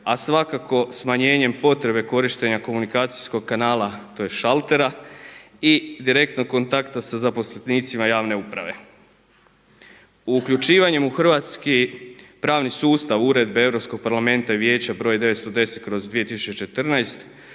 a svakako smanjenjem potrebe korištenja komunikacijskog kanala, tj. šaltera i direktno kontakta sa zaposlenicima javne uprave. Uključivanjem u hrvatski pravni sustav Uredbe Europskog parlamenta i Vijeća broj 910/2014.